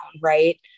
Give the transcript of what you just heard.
right